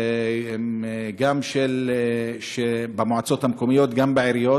גם במועצות המקומיות, גם בעיריות,